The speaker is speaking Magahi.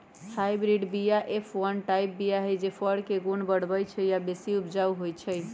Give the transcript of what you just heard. हाइब्रिड बीया एफ वन टाइप बीया हई जे फर के गुण बढ़बइ छइ आ बेशी उपजाउ होइ छइ